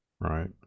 Right